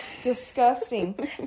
Disgusting